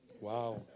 wow